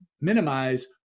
minimize